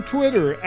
Twitter